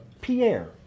Pierre